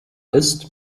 ist